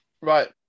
Right